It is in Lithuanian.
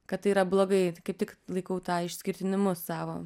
kad tai yra blogai kaip tik laikau tą išskirtinumu savo